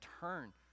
turn